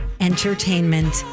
entertainment